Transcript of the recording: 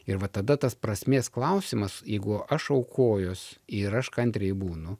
ir va tada tas prasmės klausimas jeigu aš aukojuos ir aš kantriai būnu